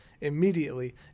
immediately